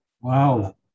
Wow